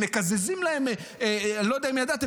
מקזזים להם, אני לא יודע אם ידעתם,